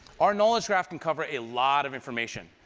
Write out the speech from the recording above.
our knowledge graph can cover a lot of information,